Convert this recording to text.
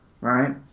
right